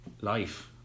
life